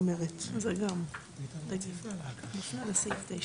אני אומר אתם יכולים לעקוף את הממונה על התקינה ובמקום תקן